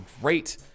great